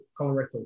colorectal